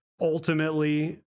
ultimately